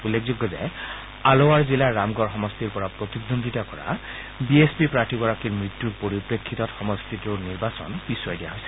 উল্লেখযোগ্য যে আলোৱাৰ জিলাৰ ৰামগড় সমষ্টিৰ পৰা প্ৰতিদ্বন্দ্বিতা কৰা বি এছ পি প্ৰাৰ্থী গৰাকীৰ মৃত্যূৰ পৰিপ্ৰেক্ষিতত সমষ্টিটোৰ নিৰ্বাচন পিছুৱাই দিয়া হৈছে